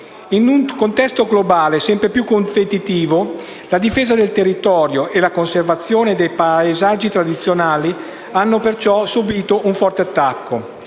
In un contesto globale sempre più competitivo, la difesa del territorio e la conservazione dei paesaggi tradizionali hanno, perciò, subito un forte attacco.